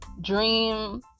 dream